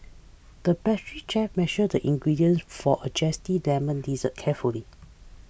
the pastry chef measured the ingredients for a Zesty Lemon Dessert carefully